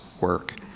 work